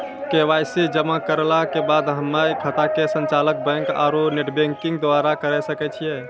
KYC जमा करला के बाद हम्मय खाता के संचालन बैक आरू नेटबैंकिंग द्वारा करे सकय छियै?